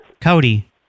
Cody